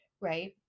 right